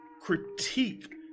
critique